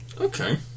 okay